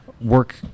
work